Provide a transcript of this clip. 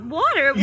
water